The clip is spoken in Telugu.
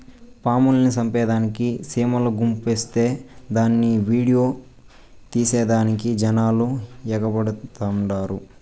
పాముల్ని సంపేదానికి సీమల గుంపొస్తే దాన్ని ఈడియో తీసేదానికి జనాలు ఎగబడతండారు